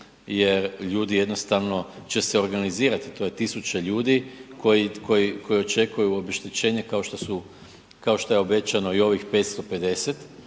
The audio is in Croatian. jer ljudi jednostavno će se organizirati, to je tisuće ljudi koji čekaju obeštećenje kao što su, kao što je obećano i ovih 550